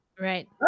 Right